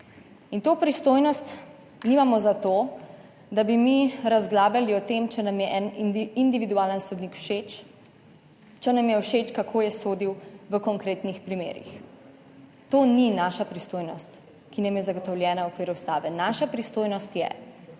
Te pristojnosti nimamo zato, da bi mi razglabljali o tem, če nam je en individualen sodnik všeč, če nam je všeč, kako je sodil v konkretnih primerih. To ni naša pristojnost, ki nam je zagotovljena v okviru ustave. Naša pristojnost je,